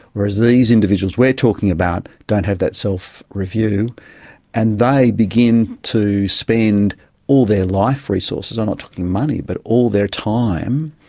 whereas these individuals we're talking about don't have that so self-review, and they begin to spend all their life resources, i'm not talking money but all their time,